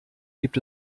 gibt